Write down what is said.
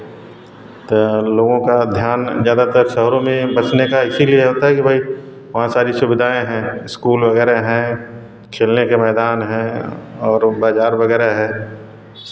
तो लोगों का ध्यान ज़्यादातर शहरों में बसने का इसीलिए होता है कि भाई बहुत सारी सुविधाएँ हैं स्कूल वगैरह हैं खेलने के मैदान हैं और बाज़ार वगैरह हैं